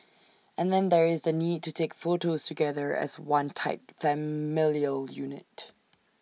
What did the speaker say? and then there is the need to take photos together as one tight familial unit